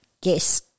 guess